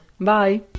Bye